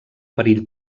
perill